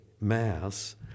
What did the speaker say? Mass